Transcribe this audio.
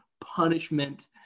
punishment